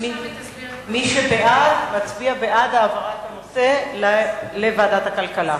מי שבעד, מצביע בעד העברת הנושא לוועדת הפנים.